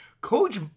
Coach